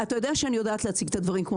אתה יודע שאני יודעת להציג את הדברים כמו